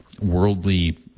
worldly